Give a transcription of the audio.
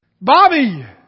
Bobby